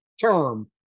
term